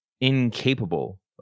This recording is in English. incapable